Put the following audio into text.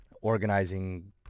organizing